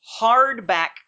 hardback